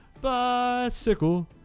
bicycle